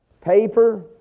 paper